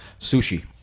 Sushi